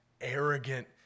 arrogant